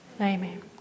Amen